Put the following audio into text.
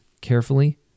carefully